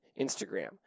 Instagram